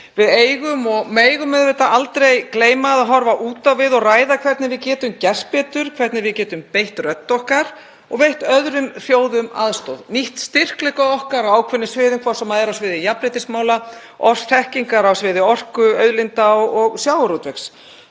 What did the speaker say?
Við megum aldrei gleyma að horfa út á við og ræða hvernig við getum gert betur, hvernig við getum beitt rödd okkar og veitt öðrum þjóðum aðstoð, nýtt styrkleika okkar á ákveðnum sviðum, hvort sem er á sviði jafnréttismála eða þekkingar á sviði orkuauðlinda og sjávarútvegs.